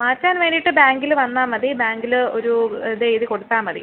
മാറ്റാൻ വേണ്ടിയിട്ട് ബാങ്കിൽ വന്നാൽ മതി ബാങ്കിൽ ഒരു ഇത് എഴുതി കൊടുത്താൽ മതി